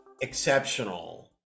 exceptional